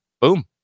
Boom